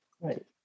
Right